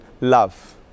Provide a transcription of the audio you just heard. love